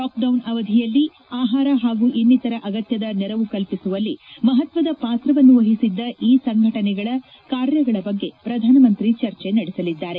lockdown ಅವಧಿಯಲ್ಲಿ ಆಹಾರ ಹಾಗೂ ಇನ್ವಿತರ ಅಗತ್ಯದ ನೆರವು ಕಲ್ವಿಸುವಲ್ಲಿ ಮಹತ್ವದ ಪಾತ್ರವನ್ನು ವಹಿಸಿದ್ದ ಈ ಸಂಘಟನೆಗಳ ಕಾರ್ಯಗಳ ಬಗ್ಗೆ ಪ್ರಧಾನಮಂತ್ರಿ ಚರ್ಚೆ ನಡೆಸಲಿದ್ದಾರೆ